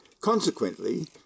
Consequently